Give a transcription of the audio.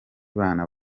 bana